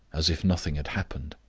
as if nothing had happened.